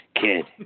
kid